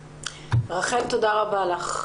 רחל, תודה רבה לך.